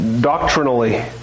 doctrinally